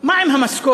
מה עם המשכורת,